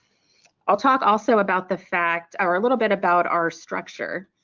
i'll talk also about the fact or a little bit about our structure.